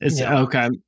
Okay